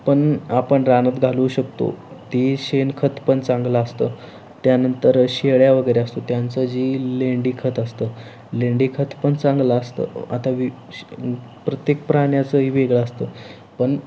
पण आपण रानात घालवू शकतो ती शेणखत पण चांगलं असतं त्यानंतर शेळ्या वगैरे असतो त्यांचं जी लेंडी खत असतं लेंडी खत पण चांगलं असतं आता वि शि प्रत्येक प्राण्याचंही वेगळा असतं पण